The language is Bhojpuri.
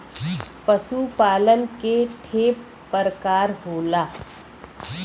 पशु पालन के ठे परकार होला